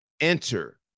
Enter